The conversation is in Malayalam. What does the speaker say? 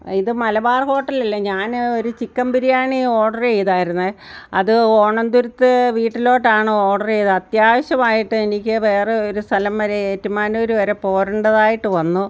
ഇത് മലബാർ ഹോട്ടൽ അല്ലേ ഞാൻ ഒരു ചിക്കൻ ബിരിയാണി ഓഡർ ചെയ്തായിരുന്നേ അത് ഓണംതുരുത്ത് വീട്ടിലോട്ടാണ് ഓഡർ ചെയ്തത് അത്യാവശ്യമായിട്ട് എനിക്ക് വേറെ ഒരു സ്ഥലം വരെ ഏറ്റുമാനൂർ വരെ പോരേണ്ടതായിട്ട് വന്നു